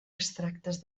extractes